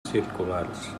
circulars